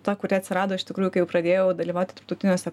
ta kuri atsirado iš tikrųjų kai jau pradėjau dalyvauti tarptautiniuose